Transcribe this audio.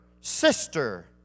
sister